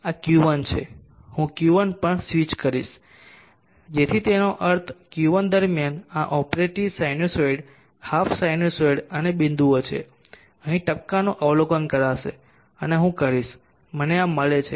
આ Q1 છે હું Q1 પર સ્વિચ કરીશ તેથી જેનો અર્થ Q1 દરમિયાન આ ઓપરેટિવ સિનુસાઇડ હાફ સિનુસાઇડ અને બિંદુઓ છે અહીં ટપકાંનું અવલોકન કરશે અને હું કરીશ મને આ મળે છે